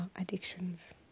addictions